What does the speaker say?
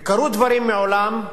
וקרו דברים מעולם,